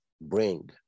bring